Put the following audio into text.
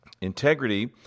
Integrity